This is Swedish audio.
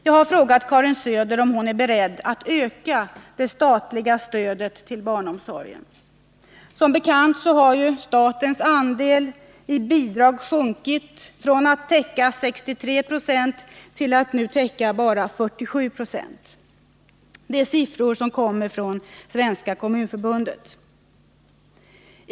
Jag har frågat Karin Söder om hon är beredd att medverka till en ökning av det statliga stödet till barnomsorgen. Som bekant har statens andel när det 19 gäller bidrag sjunkit från att täcka 63 96 till att nu täcka bara 47 926 — detta enligt siffror från Svenska kommunförbundet.